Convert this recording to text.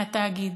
מהתאגיד.